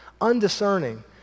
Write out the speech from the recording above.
Undiscerning